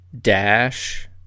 dash